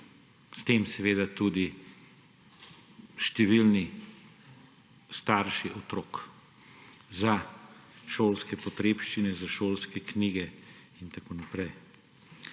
s tem seveda tudi številni starši otrok, za šolske potrebščine, za šolske knjige in tako naprej.